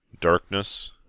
Darkness